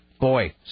Boy